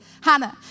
Hannah